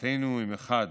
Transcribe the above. מטרתנו היא מחד